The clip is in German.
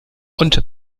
und